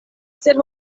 sed